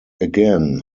again